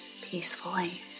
peacefully